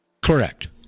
correct